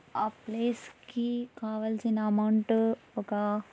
ఆ ప్లేస్కి కావాల్సిన అమౌంట్ ఒక